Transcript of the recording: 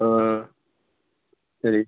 ஆ ஆ சரி